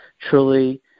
truly